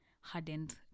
hardened